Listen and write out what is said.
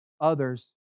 others